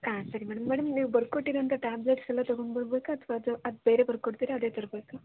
ಹಾಂ ಸರಿ madam madam ನೀವು ಬರ್ಕೊಟ್ಟಿರುವಂಥ ಟ್ಯಾಬ್ಲೆಟ್ಸ್ ಎಲ್ಲ ತಗೊಂಡು ಬರಬೇಕಾ ಅಥವಾ ಅದು ಬೇರೆ ಬರ್ಕೊಡ್ತೀರಾ ಅದೇ ತರಬೇಕಾ